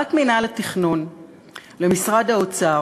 העברת מינהל התכנון למשרד האוצר